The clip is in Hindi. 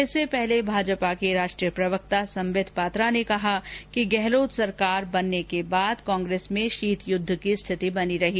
इससे पहले भाजपा के राष्ट्रीय प्रवक्ता संबित पात्रा ने कहा कि गहलोत सरकार बनने के बाद कांग्रेस में शीत युद्ध की स्थिति बनी रही